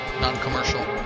non-commercial